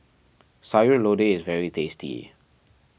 Sayur Lodeh is very tasty